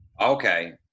Okay